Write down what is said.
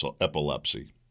epilepsy